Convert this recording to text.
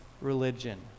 religion